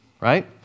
right